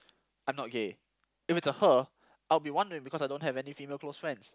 I'm not gay if it's a her I'll be wondering because I don't have any female close friends